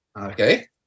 Okay